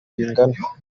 bingana